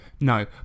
no